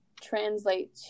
translate